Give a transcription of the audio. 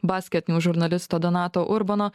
basketnius žurnalisto donato urbono